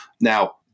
now